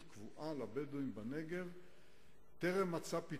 קבועה לבדואים בנגב טרם מצאה את פתרונה.